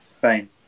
Fine